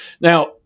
Now